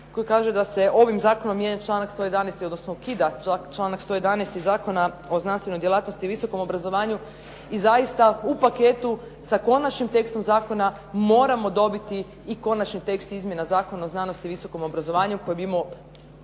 koji kaže da se ovim zakonom mijenja članak 111. odnosno ukida članak 111. zakona o znanstvenoj djelatnosti i visokom obrazovanju i zaista u paketu sa konačnim tekstom zakona moramo dobiti i konačni tekst izmjena Zakona o znanosti i visokom obrazovanju koji bi imao